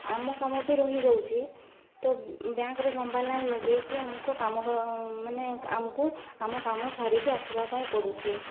ଆମ କାମ ବି ରହିଯାଉଛି ତ ବ୍ୟାଙ୍କରେ ଲମ୍ବା ଲାଇନ୍ ଲଗାଇକି ଆମକୁ କାମ ମାନେ ଆମକୁ ଆମ କାମ ସାରିକି ଆସିବା ପାଇଁ ପଡ଼ୁଛି